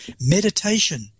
meditation